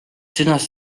sõnas